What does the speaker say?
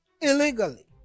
illegally